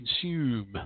consume